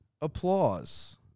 Applause